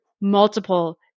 multiple